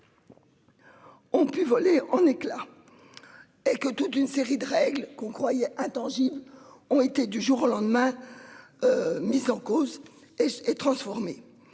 Ont pu voler en éclats. Et que toute une série de règles qu'on croyait intangibles ont été du jour au lendemain. Mise en cause et transformé.